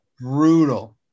brutal